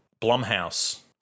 Blumhouse